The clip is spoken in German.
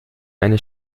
eine